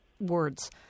words